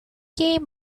came